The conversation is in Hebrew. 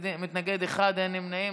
מתנגד אחד, אין נמנעים.